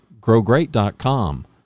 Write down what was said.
growgreat.com